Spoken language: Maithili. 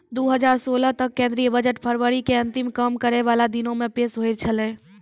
दु हजार सोलह तक केंद्रीय बजट फरवरी के अंतिम काम करै बाला दिनो मे पेश होय छलै